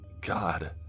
God